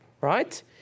right